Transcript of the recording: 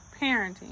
parenting